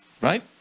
Right